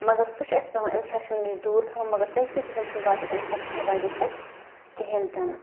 مگر سُہ چھُ اَسہِ پٮ۪وان اِنفٮ۪کشَن نِش دوٗر تھاوُن مگر تٔمۍ سٕنٛدۍ سۭتۍ چھِنہٕ باقٕے اِنفٮ۪کشَن ہٮ۪کان گٔژھِتھ کِہیٖنۍ تہِ نہٕ